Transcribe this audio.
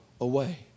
away